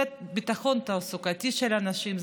זה הביטחון התעסוקתי של אנשים.